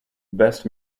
best